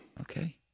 Okay